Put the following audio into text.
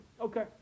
Okay